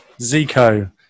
Zico